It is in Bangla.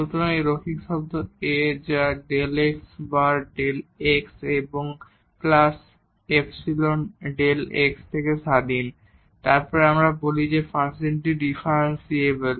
সুতরাং এই রৈখিক শব্দ A যা Δ x বার Δ x এবং প্লাস ϵ Δ x থেকে স্বাধীন তারপর আমরা বলি যে ফাংশনটি ডিফারেনশিবল